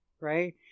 right